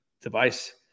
device